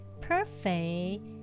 perfect